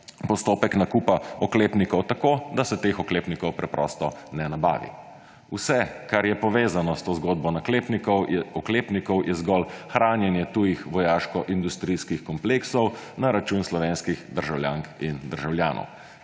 postopek nakupa oklepnikov tako, da se teh oklepnikov preprosto ne nabavi. Vse, kar je povezano s to zgodbo oklepnikov, je zgolj hranjenje tujih vojaškoindustrijskih kompleksov na račun slovenskih državljank in državljanov,